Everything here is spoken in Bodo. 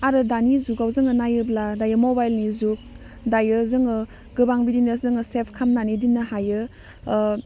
आरो दानि जुगाव जोङो नायोब्ला दायो मबाइलनि जुग दायो जोङो गोबां बिदिनो जोङो सेभ खामनानै दोननो हायो